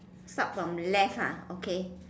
start from left ah okay